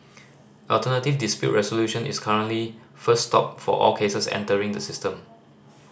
alternative dispute resolution is currently first stop for all cases entering the system